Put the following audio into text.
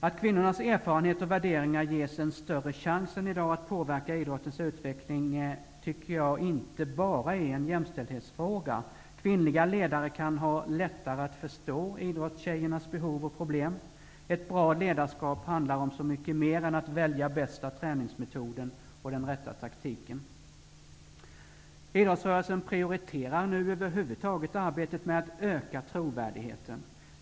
Att kvinnornas erfarenheter och värderingar ges en större chans än i dag att påverka idrottens utveckling är, tycker jag, inte bara en jämställdhetsfråga. Kvinnliga ledare kan ha lättare att förstå idrottstjejernas behov och problem. Ett bra ledarskap handlar om så mycket mer än att välja bästa träningsmetoden och den rätta taktiken. Idrottsrörelsen prioriterar nu över huvud taget arbetet med att öka trovärdigheten.